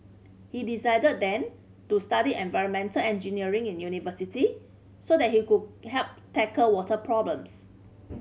he decided then to study environmental engineering in university so that he could help tackle water problems